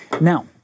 Now